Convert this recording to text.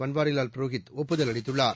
பன்வாரிவால் புரோஹித் ஒப்புதல் அளித்துள்ளார்